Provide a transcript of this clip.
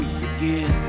forget